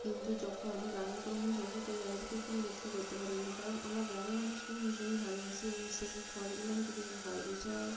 কিন্তু যখন গ্রামে কোনো মানুষ অসুস্থ হয় তাদেরকে বিক্রি করতে পারি না কারণ আমার গ্রামের মানুষকে আমি ভীষণই ভালোবাসি এবং সেই ফলগুলো আমি তাদেরকে খাওয়াই এছাড়াও